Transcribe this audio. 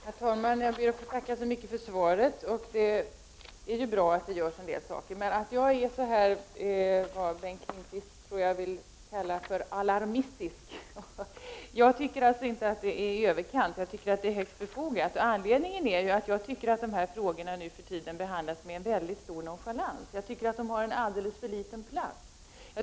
Herr talman! Jag ber att få tacka så mycket för svaret. Det är ju bra att det görs en del. Att jag är så alarmistisk — som jag tror Bengt Lindqvist skulle vilja kalla det; jag tycker inte att det är överdrivet utan högst befogat — beror på att de här frågorna nu för tiden enligt min mening behandlas med mycket stor nonchalans. Jag tycker att de har alldeles för liten plats.